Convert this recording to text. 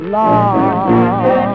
love